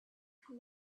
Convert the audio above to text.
can